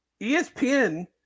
ESPN